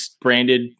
branded